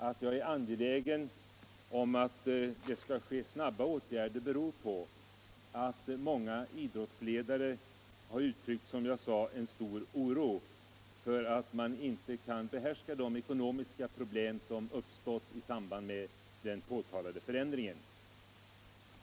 Att jag är angelägen om att det snabbt skall vidtas åtgärder beror på att många idrottsledare, som jag redan sagt, har uttryckt stor oro för att man inte kan bemästra de ekonomiska problem som uppstått i samband med den påtalade förändringen.